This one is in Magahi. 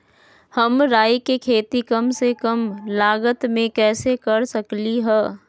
हम राई के खेती कम से कम लागत में कैसे कर सकली ह?